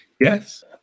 Yes